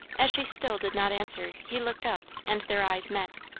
as she still did not answer, he looked up, and their eyes met.